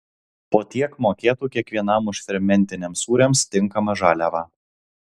po tiek mokėtų kiekvienam už fermentiniams sūriams tinkamą žaliavą